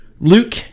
Luke